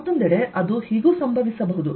ಮತ್ತೊಂದೆಡೆ ಅದು ಹೀಗೂ ಸಂಭವಿಸಬಹುದು